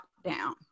down